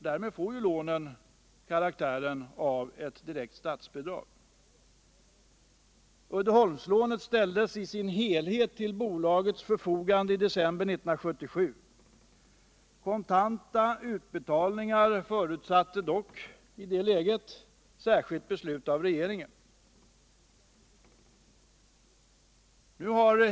Därmed får lånen karaktären av ett direkt statsbidrag. Uddeholmslånet ställdes i sin helhet till bolagets förfogande i december 1977. Kontanta utbetalningar förutsatte dock särskilt beslut av regeringen.